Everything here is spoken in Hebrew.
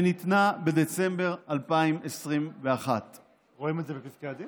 שניתנה בדצמבר 2021. רואים את זה בפסקי הדין?